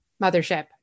mothership